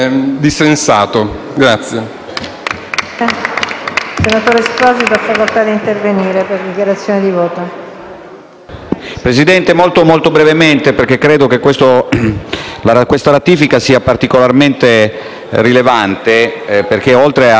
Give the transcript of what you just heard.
interverrò molto brevemente perché credo che questa ratifica sia particolarmente rilevante, in quanto, oltre a far riprendere un percorso